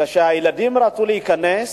כשהילדים רצו להיכנס,